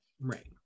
right